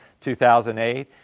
2008